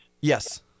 Yes